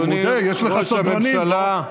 אתה מודה, יש לך סדרנים פה.